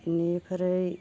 बिनिफ्राय